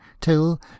Till